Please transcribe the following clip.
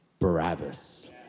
Barabbas